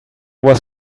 was